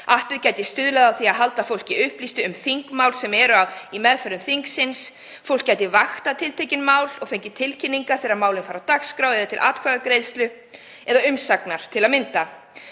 Appið gæti stuðlað að því að halda fólki upplýstu um þingmál sem eru í meðförum þingsins. Fólk gæti vaktað tiltekin mál og fengið tilkynningar þegar málin færu á dagskrá eða til að mynda til atkvæðagreiðslu eða umsagnar. Fólk gæti